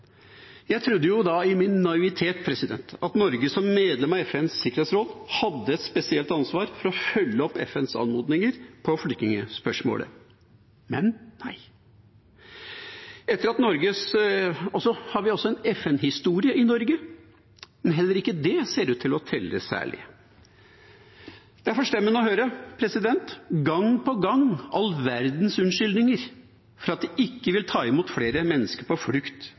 i min naivitet at Norge som medlem av FNs sikkerhetsråd hadde et spesielt ansvar for å følge opp FNs anmodninger i flyktningspørsmålet – men nei. Vi har en FN-historie i Norge. Men heller ikke det ser ut til å telle noe særlig. Det er forstemmende å høre gang på gang her i salen all verdens unnskyldninger for at man ikke vil ta imot flere mennesker på flukt.